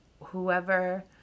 whoever